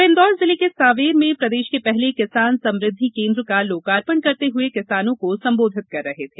वे इंदौर जिले के सांवेर में प्रदेष के पहले किसान समृध्दि केंद्र का लोकार्पण करते हए किसानों को संबोधित कर रहे थे